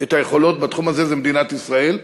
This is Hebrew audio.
היכולות בתחום הזה זו מדינת ישראל.